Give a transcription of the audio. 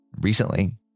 recently